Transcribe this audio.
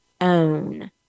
own